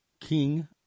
king